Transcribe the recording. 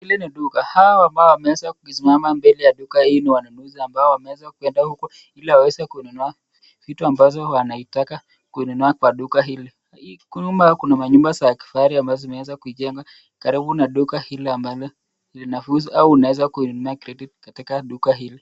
ile na duka. Hawa ambao wameweza kusimama mbele ya duka hii ni wanunuzi ambao wameweza kwenda huko ili waweze kununua vitu ambazo wanaitaka kununua kwa duka hili. Nyuma kuna manyumba za kifahari ambazo zimeweza kujengwa karibu na duka hili ambalo linafuzu au unaweza kununua credit katika duka hili.